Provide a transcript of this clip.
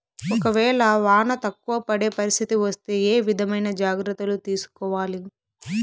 ఒక వేళ వాన తక్కువ పడే పరిస్థితి వస్తే ఏ విధమైన జాగ్రత్తలు తీసుకోవాలి?